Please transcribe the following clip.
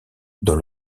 dans